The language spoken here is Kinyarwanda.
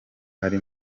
ari